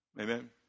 Amen